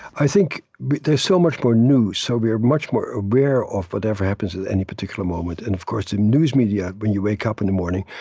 i think there's so much more news, so we're much more aware of whatever happens at any particular moment. and of course, the news media, when you wake up in the morning,